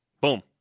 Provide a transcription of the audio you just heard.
Boom